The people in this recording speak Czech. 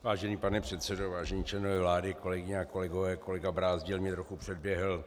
Vážený pane předsedo, vážení členové vlády, kolegyně a kolegové, kolega Brázdil mě trochu předběhl.